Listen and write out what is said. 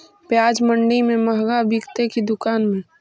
प्याज मंडि में मँहगा बिकते कि दुकान में?